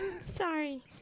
Sorry